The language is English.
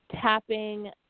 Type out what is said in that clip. tapping